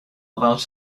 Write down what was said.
about